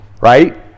right